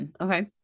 okay